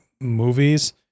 movies